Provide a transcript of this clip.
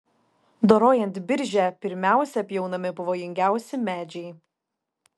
dorojant biržę pirmiausia pjaunami pavojingiausi medžiai